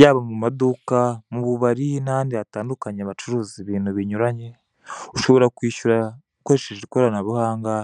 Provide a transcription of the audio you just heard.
Yaba mu maduka, mu bubari n'ahandi hatandukanye bacuruza ibintu bunyuranye, ushobora kwishyura ukoresheje ikoranabuhanga